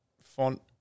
Font